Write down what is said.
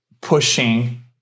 pushing